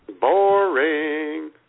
Boring